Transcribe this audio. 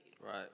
Right